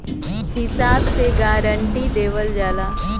हिसाब से गारंटी देवल जाला